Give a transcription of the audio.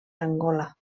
angola